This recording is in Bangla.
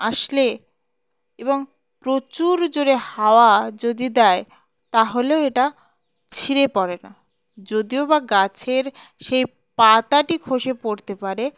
আসলে এবং প্রচুর জোরে হাওয়া যদি দেয় তাহলেও এটা ছিঁড়ে পড়ে না যদিও বা গাছের সেই পাতাটি খসে পড়তে পারে